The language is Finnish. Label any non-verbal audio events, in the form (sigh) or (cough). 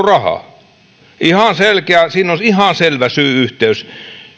(unintelligible) rahaa ihan selkeä siinä on ihan selvä syy yhteys